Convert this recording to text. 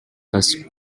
first